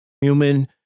human